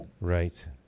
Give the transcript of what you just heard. right